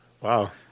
Wow